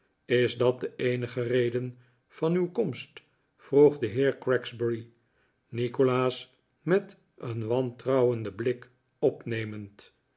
is dat de eenige reden van uw komst vroeg de heer gregsbury nikolaas met een wantrouwenden blik ophemend